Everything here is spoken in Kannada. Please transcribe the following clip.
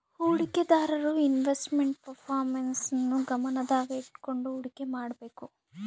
ಹೂಡಿಕೆದಾರರು ಇನ್ವೆಸ್ಟ್ ಮೆಂಟ್ ಪರ್ಪರ್ಮೆನ್ಸ್ ನ್ನು ಗಮನದಾಗ ಇಟ್ಕಂಡು ಹುಡಿಕೆ ಮಾಡ್ಬೇಕು